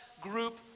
group